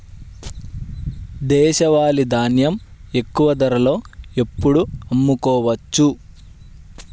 దేశవాలి ధాన్యం ఎక్కువ ధరలో ఎప్పుడు అమ్ముకోవచ్చు?